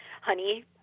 honey